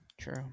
True